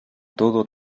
todo